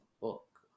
book